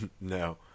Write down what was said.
No